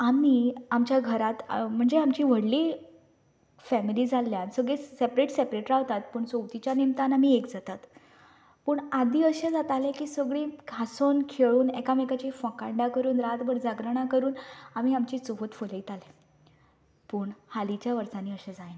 आमी आमच्या घरांत म्हणजें आमचीं व्हडली फॅमिली जाल्ल्यान सगळीं सॅपरेट सॅपरेट रावतात पूण चवथीच्या निमतान आमी एक जातात पूण आदीं अशें जातालें की सगळीं हासोन खेळून एकामेकाची फकांडा करून रातभर जागरणां करून आमी आमची चवथ फुलयताले पूण हालींच्या वर्सांनी अशें जायना